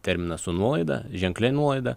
terminas su nuolaida ženklia nuolaida